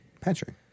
Patrick